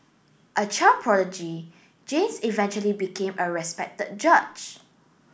a child prodigy James eventually became a respected judge